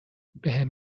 بهم